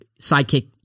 sidekick